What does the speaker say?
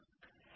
actuator কী